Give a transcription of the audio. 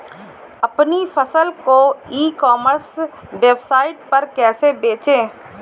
अपनी फसल को ई कॉमर्स वेबसाइट पर कैसे बेचें?